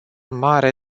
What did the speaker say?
mare